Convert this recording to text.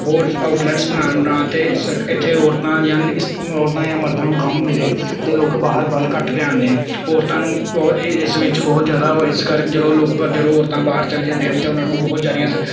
ਹੋਰ ਆਊਟਲੈਟਸ ਬਣਾਉਣ ਬਣਾਉਣ 'ਤੇ ਸਰ ਇੱਥੇ ਔਰਤਾਂ ਜਾਂ ਇਸਤ ਔਰਤਾਂ ਜਾਂ ਮਰਦਾਂ ਨੂੰ ਕੰਮ ਮਿਲੇ ਅਤੇ ਲੋਕ ਬਾਹਰ ਵੱਲ ਘੱਟ ਧਿਆਨ ਦੇਣ ਔਰਤਾਂ ਨੂੰ ਬਹੁ ਇਹ ਇਸ ਵਿੱਚ ਬਹੁਤ ਜ਼ਿਆਦਾ ਉਹ ਇਸ ਕਰਕੇ ਜਦੋਂ ਲੋਕ ਜਦੋਂ ਔਰਤਾਂ ਬਾਹਰ ਚਲ ਜਾਂਦੀਆਂ ਹਨ ਤਾਂ ਉਨ੍ਹਾਂ ਨੂੰ ਬਹੁਤ ਜ਼ਿਆਦਾ